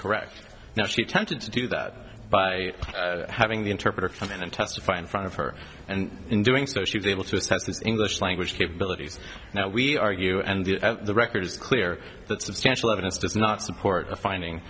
correct now she attempted to do that by having the interpreter come in and testify in front of her and in doing so she was able to assess this english language capabilities now we argue and the record is clear that substantial evidence does not support a finding